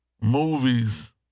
Movies